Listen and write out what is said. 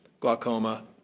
glaucoma